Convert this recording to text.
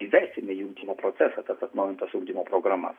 įvesime į ugdymo procesą tas atnaujintas ugdymo programas